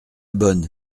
bonne